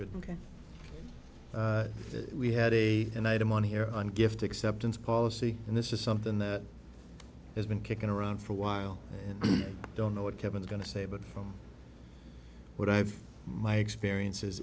good look at it we had a an item on here on gift acceptance policy and this is something that has been kicking around for a while i don't know what kevin's going to say but from but i have my experiences